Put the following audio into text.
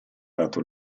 dato